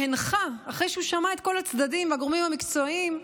אחרי שהוא שמע את כל הצדדים והגורמים המקצועיים,